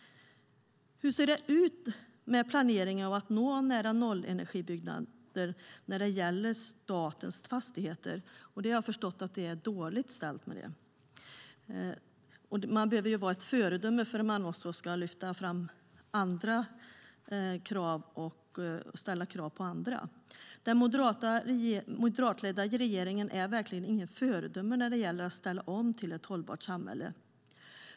Hur ser det ut med planeringen av att nå nära-nollenergibyggnader när det gäller statens fastigheter? Jag har förstått att det är dåligt ställt med det. Man behöver vara ett föredöme om man ska lyfta fram andra krav och ställa krav på andra. Den moderatledda regeringen är verkligen inget föredöme när det gäller att ställa om till ett hållbart samhälle.